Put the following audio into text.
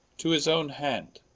to his owne hand,